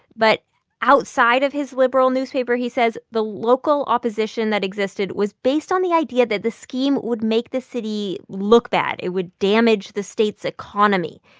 but outside of his liberal newspaper, he says, the local opposition that existed was based on the idea that the scheme would make the city look bad. it would damage the state's economy.